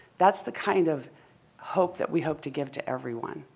that's the kind of hope that we hope to give to everyone.